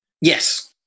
Yes